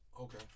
Okay